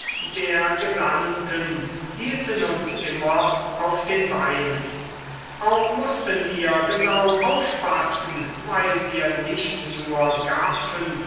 der gesandten hielten uns immer auf den beinen auch mußten wir genau aufpassen weil wir nicht nur gaffen